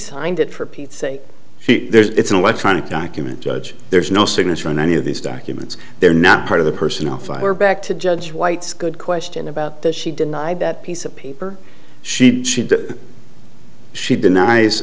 signed it for pete's sake there is an electronic documents judge there's no signature on any of these documents they're not part of the personnel file we're back to judge white's good question about that she denied that piece of paper she should she denies